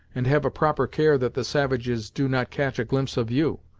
and have a proper care that the savages do not catch a glimpse of you!